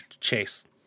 Chase